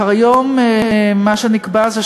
כיום מה שנקבע הוא,